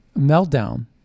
meltdown